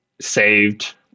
saved